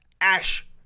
Ash